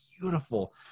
beautiful